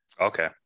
Okay